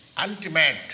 ultimate